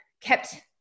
kept